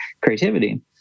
creativity